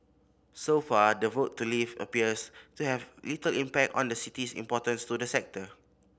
so far the vote to leave appears to have little impact on the city's importance to the sector